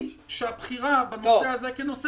עמדתי היא שהבחירה בנושא הזה כנושא